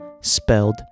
spelled